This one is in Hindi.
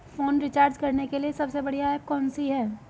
फोन रिचार्ज करने के लिए सबसे बढ़िया ऐप कौन सी है?